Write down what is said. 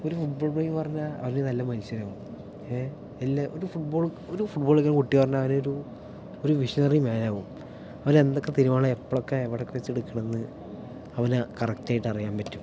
ഒരു ഫുട്ബോൾ പ്രേമി പറഞ്ഞാൽ അവർ നല്ല മനുഷ്യരാവും എല്ലാ ഒരു ഫുട്ബോൾ ഒരു ഫുട്ബാൾ കളിക്കണ കുട്ടി പറഞ്ഞാൽ അവനൊരു ഒരു മെഷിനറി മാനാവും അവനെന്തൊക്കെ തീരുമാനങ്ങളാണ് എപ്പോഴൊക്കെ എവിടെയൊക്കെ വച്ചെടുക്കണമെന്നു അവനു കറക്റ്റായിട്ട് അറിയാൻ പറ്റും